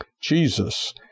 Jesus